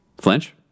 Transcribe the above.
Flinch